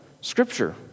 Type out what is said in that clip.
Scripture